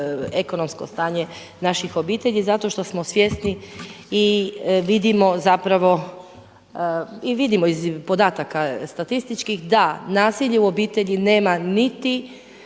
ekonomsko stanje naših obitelji zato što smo svjesni i vidimo zapravo i vidimo iz podataka statističkih da nasilje u obitelji nema niti